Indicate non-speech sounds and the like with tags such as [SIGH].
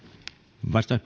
arvoisa [UNINTELLIGIBLE]